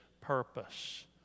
purpose